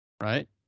right